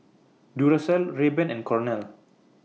Duracell Rayban and Cornell